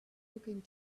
looking